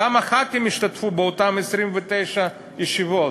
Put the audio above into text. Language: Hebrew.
כמה חברי כנסת השתתפו באותן 29 ישיבות?